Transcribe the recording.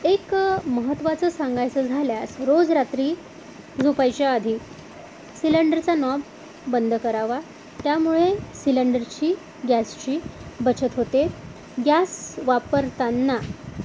एक महत्त्वाचं सांगायचं झाल्यास रोज रात्री झोपायच्या आधी सिलेंडरचा नॉब बंद करावा त्यामुळे सिलेंडरची गॅसची बचत होते गॅस वापरताना